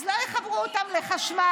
אז לא יחברו אותם לחשמל,